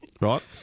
right